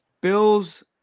Bills